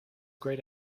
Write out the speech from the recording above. great